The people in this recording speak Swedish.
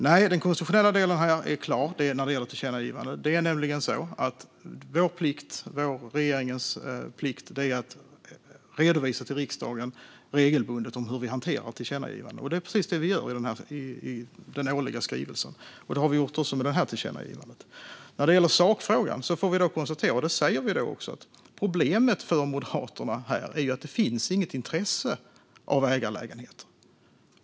Nej, den konstitutionella delen är klar när det gäller tillkännagivanden. Regeringens plikt är att regelbundet redovisa för riksdagen hur vi hanterar tillkännagivanden. Det är precis det vi gör i den årliga skrivelsen, och det har vi gjort även när det gäller detta tillkännagivande. När det gäller sakfrågan säger vi att problemet för Moderaterna är att det inte finns något intresse av ägarlägenheter.